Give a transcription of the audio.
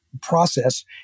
process